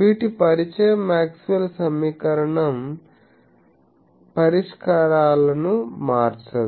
వీటి పరిచయం మాక్స్వెల్ సమీకరణ పరిష్కారాలను మార్చదు